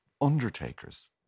Undertakers